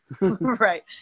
Right